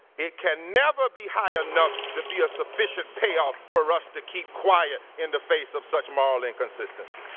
it can never be high enough to be a sufficient payoff for us to keep quiet in the face of such moral inconsistency.